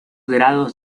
grados